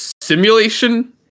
Simulation